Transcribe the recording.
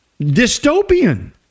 dystopian